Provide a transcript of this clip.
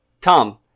Tom